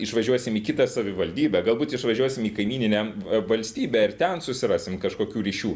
išvažiuosim į kitą savivaldybę galbūt išvažiuosim į kaimyninę v valstybę ir ten susirasim kažkokių ryšių